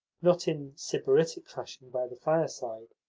not in sybaritic fashion by the fireside,